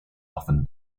often